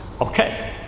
Okay